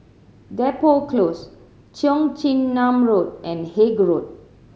Depot Close Cheong Chin Nam Road and Haig Road